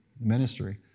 ministry